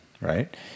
right